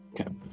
Okay